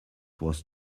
was